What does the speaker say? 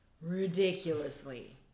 Ridiculously